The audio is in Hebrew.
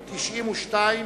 92)